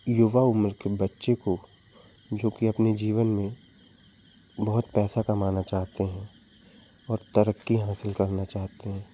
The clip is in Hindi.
युवा उम्र के बच्चे को जो कि अपने जीवन में बहुत पैसा कमाना चाहते हैं और तरक्की हासिल करना चाहते हैं